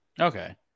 Okay